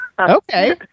Okay